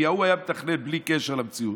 כי ההוא היה מתכנן בלי קשר למציאות,